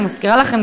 אני מזכירה לכם,